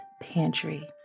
pantry